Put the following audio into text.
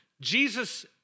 Jesus